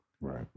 Right